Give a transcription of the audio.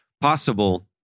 possible